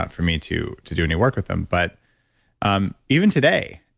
but for me to to do any work with them but um even today,